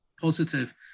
positive